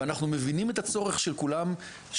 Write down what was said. ואנחנו מבינים את הצורך של כולם,